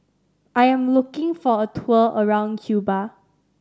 I am looking for a tour around Cuba